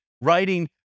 writing